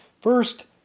First